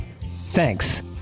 thanks